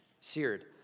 seared